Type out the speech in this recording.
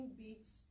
beats